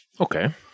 Okay